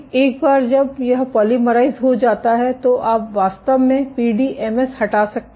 एक बार जब यह पोलीमराइज़ हो जाता है तो आप वास्तव में पीडीएमएस हटा सकते हैं